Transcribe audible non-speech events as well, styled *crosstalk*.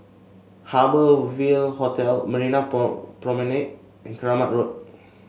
Harbour Ville Hotel Marina *unintelligible* Promenade and Keramat Road